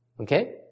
okay